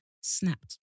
snapped